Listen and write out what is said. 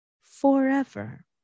forever